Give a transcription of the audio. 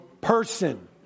person